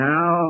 Now